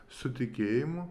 su tikėjimu